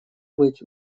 быть